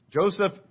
Joseph